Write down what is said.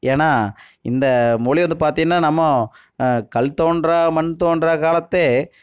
ஏன்னா இந்த மொழி வந்து பார்த்திங்கன்னா நம்ம கல் தோன்றா மண் தோன்றா காலத்தே